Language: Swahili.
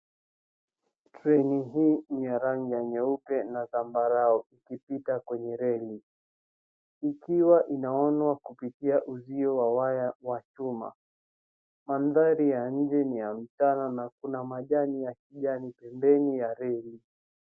Treni hii ni ya rangi ya nyeupe na zambarau likipita kwenye reli ikiwa inaonwa kupitia uzio wa waya wa chuma. Mandhari ya nje ni ya mchana na kuna majani ya kijani pembeni ya reli.